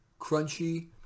crunchy